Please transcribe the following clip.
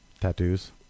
Tattoos